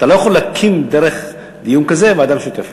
אתה לא יכול להקים דרך דיון כזה ועדה משותפת.